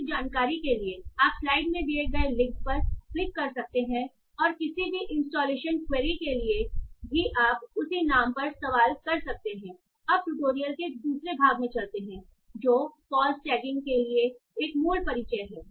अधिक जानकारी के लिए आप स्लाइड में दिए गए लिंक पर क्लिक कर सकते हैं और किसी भी इंस्टॉलेशन क्वेरी के लिए भी आप उसी नाम पर सवाल कर सकते हैं अब ट्यूटोरियल के दूसरे भाग में चलते हैं जो पॉज़ टैगिंग के लिए एक मूल परिचय है